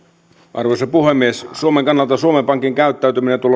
arvoisa puhemies suomen kannalta suomen pankin käyttäytyminen